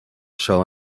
shall